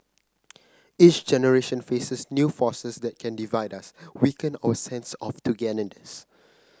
each generation faces new forces that can divide us weaken our sense of togetherness